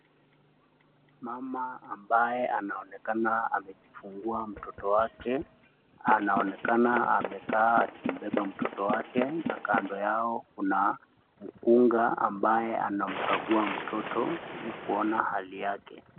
Mama ambaye anaonekana amejifungua mtoto wake. Anaonekana amekaa akimbeba mtoto wake na kando yao kuna mkunga ambaye anamkagua mtoto ili kuona hali yake.